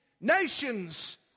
Nations